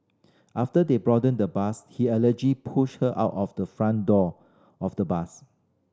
after they broaden the bus he alleged pushed her out of the front door of the bus